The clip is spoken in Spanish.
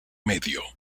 medio